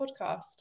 Podcast